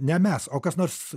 ne mes o kas nors